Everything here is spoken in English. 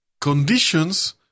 conditions